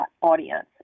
audience